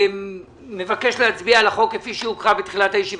אני מבקש להצביע על החוק כפי שהוקרא בתחילת הישיבה.